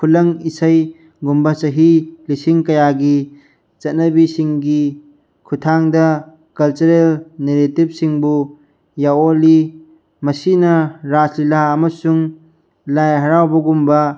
ꯈꯨꯂꯪ ꯏꯁꯩꯒꯨꯝꯕ ꯆꯍꯤ ꯂꯤꯁꯤꯡ ꯀꯌꯥꯒꯤ ꯆꯠꯅꯕꯤꯁꯤꯡꯒꯤ ꯈꯨꯊꯥꯡꯗ ꯀꯜꯆꯔꯦꯜ ꯅꯦꯔꯦꯇꯤꯞꯁꯤꯡꯕꯨ ꯌꯥꯑꯣꯜꯂꯤ ꯃꯁꯤꯅ ꯔꯥꯁ ꯂꯤꯂꯥ ꯑꯃꯁꯨꯡ ꯂꯥꯏ ꯍꯔꯥꯎꯕꯒꯨꯝꯕ